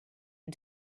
and